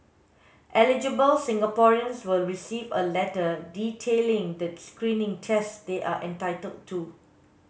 eligible Singaporeans will receive a letter detailing the screening tests they are entitled to